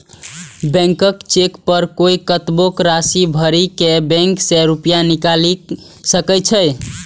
blank cheque पर कोइ कतबो राशि भरि के बैंक सं रुपैया निकालि सकै छै